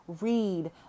Read